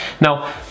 now